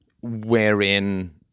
wherein